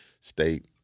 state